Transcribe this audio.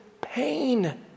pain